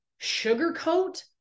sugarcoat